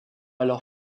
alors